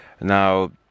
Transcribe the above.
Now